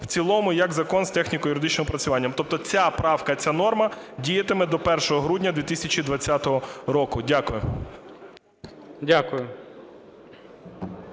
в цілому як закон з техніко-юридичним опрацювання. Тобто ця правка і ця норма діятиме до 1 грудня 2020 року. Дякую.